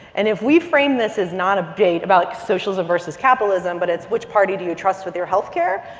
and if we frame this as not a debate about socialism versus capitalism, but it's which party do you trust with your health care?